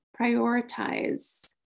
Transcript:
prioritize